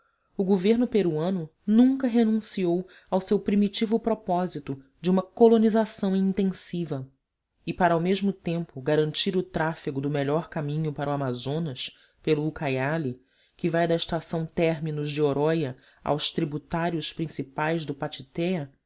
o governo peruano nunca renunciou ao seu primitivo propósito de uma colonização intensiva e para ao mesmo tempo garantir o tráfego do melhor caminho para o amazonas pelo ucaiali que vai da estação terminus de oroya aos tributários principais do